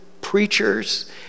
preachers